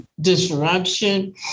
disruption